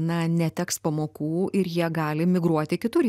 na neteks pamokų ir jie gali migruoti kitur